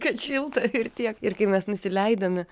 kad šilta ir tiek ir kai mes nusileidome